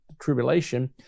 tribulation